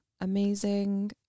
amazing